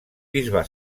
bisbe